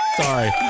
sorry